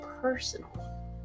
personal